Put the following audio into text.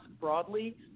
broadly